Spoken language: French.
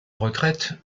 retraite